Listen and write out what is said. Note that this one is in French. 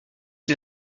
ces